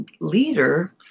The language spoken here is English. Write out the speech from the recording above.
leader